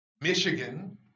Michigan